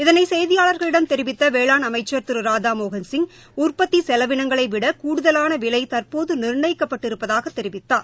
இதனை செய்தியாளர்களிடம் தெரிவித்த வேளாண் அமைச்ச் திரு ராதாமோகன் சிங் உற்பத்தி செலவினங்களை விட கூடுதலான விலை தற்போது நிர்ணயிக்கப்பட்டிருப்பதாக தெரிவித்தார்